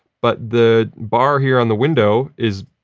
but, the bar here on the window is,